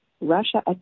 Russia